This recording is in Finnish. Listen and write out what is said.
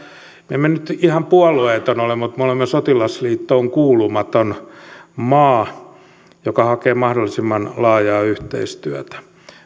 emme me nyt ihan puolueeton ole mutta me olemme sotilasliittoon kuulumaton maa joka hakee mahdollisimman laajaa yhteistyötä